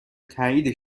تایید